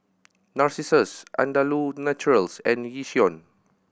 Narcissus Andalou Naturals and Yishion